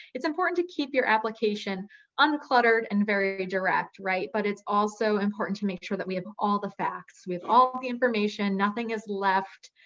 it's important to keep your application uncluttered and very direct. but it's also important to make sure that we have all the facts with all the information, nothing is left